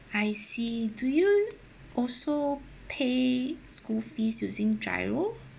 I see do you also pay school fees using GIRO